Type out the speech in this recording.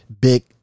big